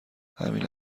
همین